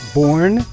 born